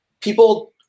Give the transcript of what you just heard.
people